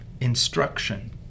instruction